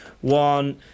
one